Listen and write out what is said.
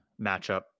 matchup